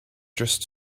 just